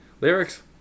lyrics